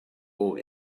all